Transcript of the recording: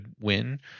win